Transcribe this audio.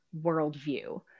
worldview